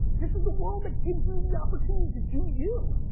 this is the world that gives you the opportunity to do you.